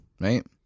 right